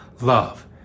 love